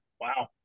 Wow